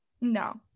No